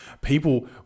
People